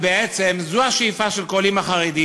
ובעצם, זו השאיפה של כל אימא חרדית.